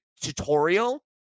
tutorial